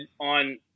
on